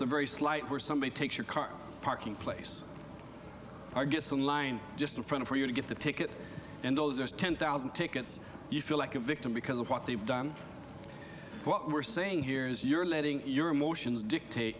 the very slight where somebody takes your car parking place our guests in line just in front for you to get the ticket and those ten thousand tickets you feel like a victim because of what they've done what we're saying here is you're letting your emotions dictate